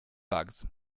bugs